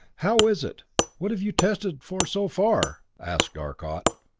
how is it what have you tested for so far? asked arcot.